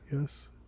Yes